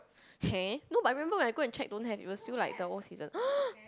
no I remembered when I go and check don't have it still like the old season